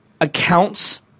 accounts